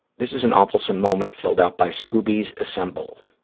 this is an awfulsome moment filled out by scoobies assemble,